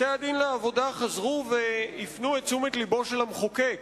בתי-הדין לעבודה חזרו והפנו את תשומת לבו של המחוקק